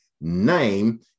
name